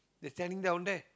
they standing down there